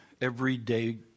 everyday